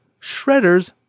Shredders